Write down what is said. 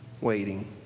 waiting